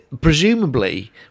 presumably